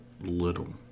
little